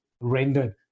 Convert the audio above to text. rendered